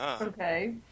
Okay